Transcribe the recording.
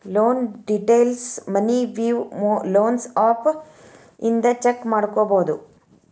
loan ಡೇಟೈಲ್ಸ್ನ money view loans app ಇಂದ check ಮಾಡ್ಕೊಬೋದು